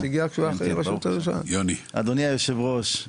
אדוני היושב-ראש,